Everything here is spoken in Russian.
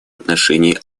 отношении